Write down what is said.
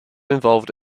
involved